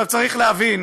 צריך להבין